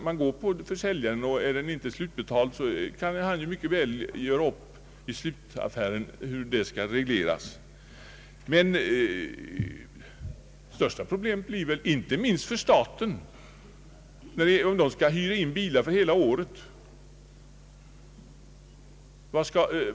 Man kan vända sig till säljaren, och om bilen inte är slutbetalad kan han räkna in böterna när affären skall slutregleras. Det kanske största problemet uppstår för staten om staten skall hyra bilar för hela året.